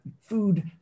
food